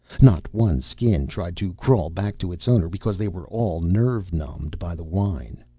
not one skin tried to crawl back to its owner because they were all nerve-numbed by the wine.